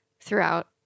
throughout